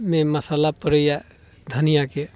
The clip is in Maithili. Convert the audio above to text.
मे मसाला पड़ैया धनियाके